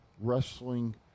wrestling